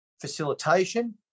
facilitation